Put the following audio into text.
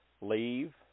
leave